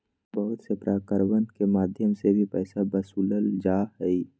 बहुत से पार्कवन के मध्यम से भी पैसा वसूल्ल जाहई